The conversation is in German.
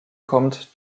kommt